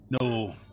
no